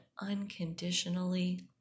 unconditionally